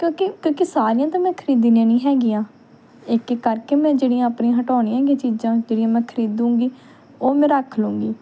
ਕਿਉਂਕਿ ਕਿਉਂਕਿ ਸਾਰੀਆਂ ਤਾਂ ਮੈਂ ਖ਼ਰੀਦਣੀਆਂ ਨਹੀਂ ਹੈਗੀਆਂ ਇੱਕ ਇੱਕ ਕਰਕੇ ਮੈਂ ਜਿਹੜੀਆਂ ਆਪਣੀਆਂ ਹਟਾਉਣੀਆਂ ਹੈਗੀਆਂ ਚੀਜ਼ਾਂ ਜਿਹੜੀਆਂ ਮੈ ਖਰੀਦੂੰਗੀ ਉਹ ਮੈਂ ਰੱਖ ਲੂੰਗੀ